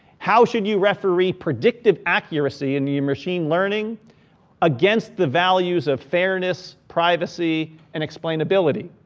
how should you referee predictive accuracy and e machine learning against the values of fairness, privacy and explain ability?